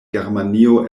germanio